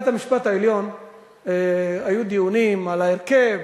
גם בבית-המשפט העליון היו דיונים על ההרכב,